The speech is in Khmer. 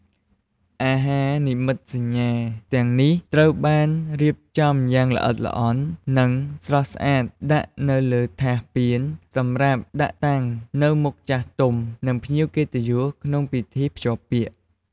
អាហារនិមិត្តសញ្ញាទាំងនេះត្រូវបានរៀបចំយ៉ាងល្អិតល្អន់ និងស្រស់ស្អាតដាក់នៅលើថាសពានសម្រាប់ដាក់តាំងនៅមុខចាស់ទុំ និងភ្ញៀវកិត្តិយសក្នុងពិធីភ្ជាប់ពាក្យ។